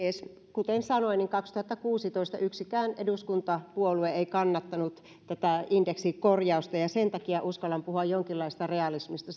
kuten sanoin niin kaksituhattakuusitoista yksikään eduskuntapuolue ei kannattanut tätä indeksin korjausta ja ja sen takia uskallan puhua jonkinlaisesta realismista